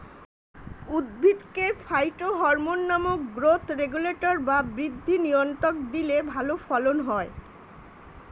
উদ্ভিদকে ফাইটোহরমোন নামক growth regulator বা বৃদ্ধি নিয়ন্ত্রক দিলে ভালো ফলন হয়